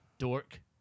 Dork